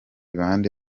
bande